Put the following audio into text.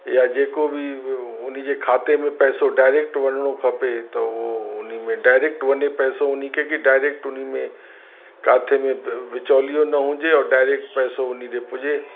या जेको बि उन जे खाते में पैसो डायरेक्ट वञिणो खपे त उहो उन में डायरेक्ट वञे पैसो उन खे की डायरेक्ट उन में काथे में बिचोलियो न हुजे और डायरेक्ट पैसो उन ते पुॼे